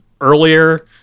earlier